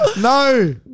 No